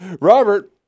Robert